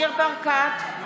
אינה משתתפת בהצבעה ניר ברקת,